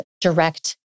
direct